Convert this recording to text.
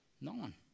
None